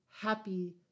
happy